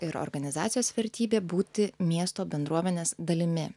ir organizacijos vertybė būti miesto bendruomenės dalimi